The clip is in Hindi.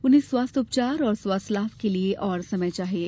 उन्हें स्वास्थ्य उपचार और स्वास्थ्य लाभ के लिये और समय चाहिये